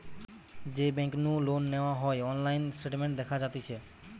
যেই বেংক নু লোন নেওয়া হয়অনলাইন স্টেটমেন্ট দেখা যাতিছে